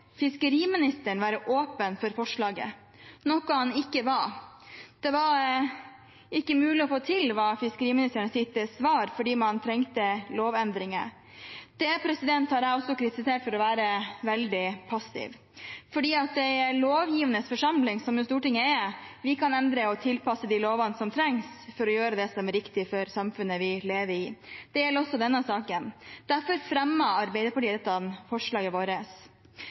fiskeriministeren være åpen for forslaget, noe han ikke var. Det var ikke mulig å få til, var fiskeriministerens svar, fordi man trengte lovendringer. Det har jeg også kritisert for å være veldig passivt. For i en lovgivende forsamling, som Stortinget er, kan vi endre og tilpasse de lovene som trengs for å gjøre det som er riktig for samfunnet vi lever i. Det gjelder også denne saken. Derfor fremmer Arbeiderpartiet dette forslaget.